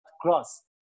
cross